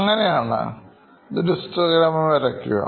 എങ്ങനെയാണ് ഇതൊരു histogram ആയി വരയ്ക്കുക